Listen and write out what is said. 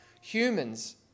humans